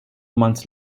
months